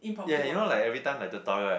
ya you know like every time like the toilet right